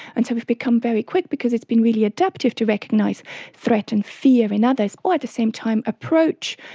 and so we've become very quick because it's been really adaptive to recognise threat and fear in others or at the same time approach,